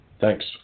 Thanks